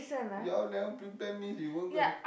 you all never prepare means you won't go and